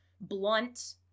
blunt